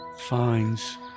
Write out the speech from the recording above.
finds